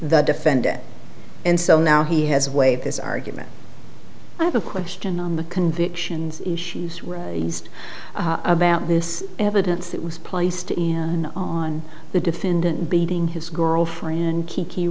the defendant and so now he has waived his argument i have a question on the convictions issues used about this evidence that was placed on the defendant beating his girlfriend kiki